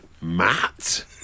Matt